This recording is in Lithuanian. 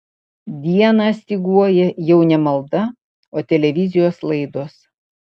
dieną styguoja jau ne malda o televizijos laidos